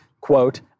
quote